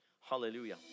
hallelujah